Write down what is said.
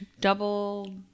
double